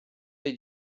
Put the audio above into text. dei